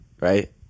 right